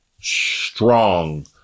strong